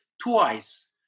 twice